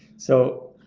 so,